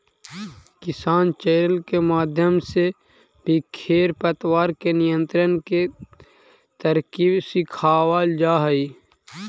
किसान चैनल के माध्यम से भी खेर पतवार के नियंत्रण के तरकीब सिखावाल जा हई